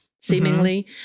seemingly